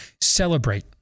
celebrate